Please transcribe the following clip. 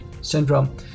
syndrome